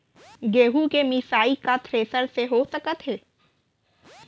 गेहूँ के मिसाई का थ्रेसर से हो सकत हे?